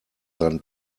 than